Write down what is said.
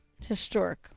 historic